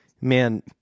Man